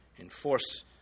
enforce